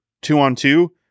two-on-two